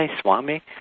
Swami